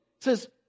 says